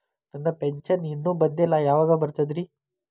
ನನ್ನ ಪೆನ್ಶನ್ ಇನ್ನೂ ಬಂದಿಲ್ಲ ಯಾವಾಗ ಬರ್ತದ್ರಿ?